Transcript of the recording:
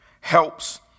Helps